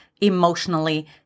emotionally